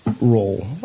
role